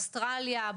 אוסטרליה,